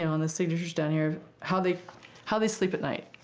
know, and the signatures down here, how they how they sleep at night.